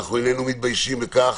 איננו מתביישים בכך,